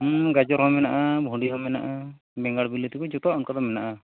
ᱦᱮᱸ ᱜᱟᱡᱚᱨᱦᱚᱸ ᱢᱮᱱᱟᱜᱼᱟ ᱵᱷᱩᱸᱰᱤᱦᱚᱸ ᱢᱮᱱᱟᱜᱼᱟ ᱵᱮᱸᱜᱟᱲ ᱵᱤᱞᱟᱹᱛᱤᱠᱚ ᱡᱚᱛᱚᱣᱟᱜ ᱚᱱᱠᱟᱫᱚ ᱢᱮᱱᱟᱜᱼᱟ